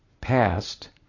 past